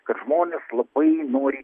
kad žmonės labai nori